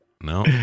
No